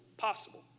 possible